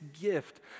gift